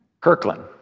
Kirkland